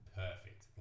perfect